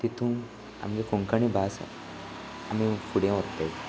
तितून आमग कोंकणी भास आमी फुडें वोरता